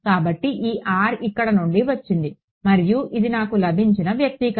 కాబట్టి ఈ R ఇక్కడ నుండి వచ్చింది మరియు ఇది నాకు లభించిన వ్యక్తీకరణ